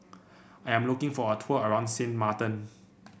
I am looking for a tour around Sint Maarten